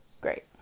great